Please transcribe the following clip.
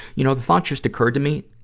you know, the thought just occurred to me,